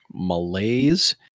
malaise